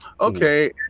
okay